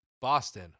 Boston